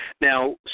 Now